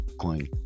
coin